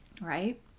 right